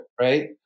right